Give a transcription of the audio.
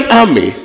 army